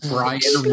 Brian